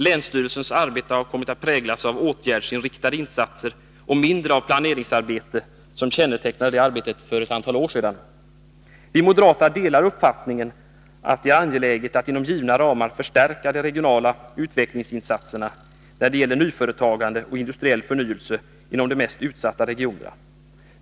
Länsstyrelsernas arbete har mer kommit att präglas av åtgärdsinriktade insatser och mindre av planering, som kännetecknade det arbetet under ett antal år. Vi moderater delar uppfattningen att det är angeläget att man inom givna ramar förstärker de regionala utvecklingsinsatserna när det gäller nyföretagande och industriell förnyelse inom de mest utsatta regionerna.